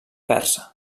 persa